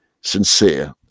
sincere